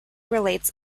relates